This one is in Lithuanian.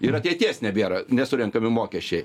ir ateities nebėra nesurenkami mokesčiai